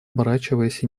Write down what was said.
оборачиваясь